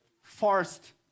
First